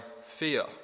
fear